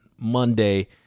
Monday